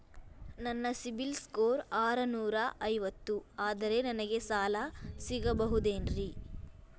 ನನ್ನ CIBIL score ಆರನೂರ ಐವತ್ತು ಅದರೇ ನನಗೆ ಸಾಲ ಸಿಗಬಹುದೇನ್ರಿ?